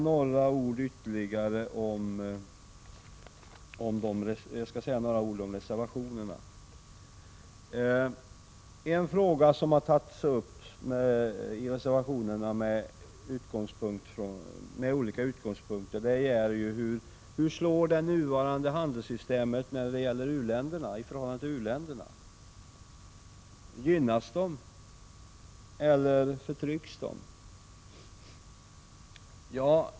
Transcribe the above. Jag vill nu säga några ord om reservationerna. En fråga som tagits upp i reservationerna med olika utgångspunkter är hur det nuvarande handelssystemet slår mot u-länderna. Gynnas de eller förtrycks de?